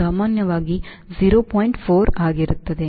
4 ಆಗಿರುತ್ತದೆ